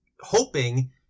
hoping